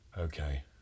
okay